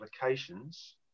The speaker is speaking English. applications